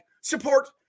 support